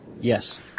Yes